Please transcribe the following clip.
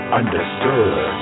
understood